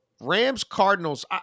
Rams-Cardinals